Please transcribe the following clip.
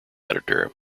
editor